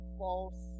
false